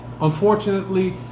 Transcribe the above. Unfortunately